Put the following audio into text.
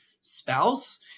spouse